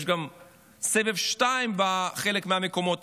יש גם סבב שני בחלק מהמקומות,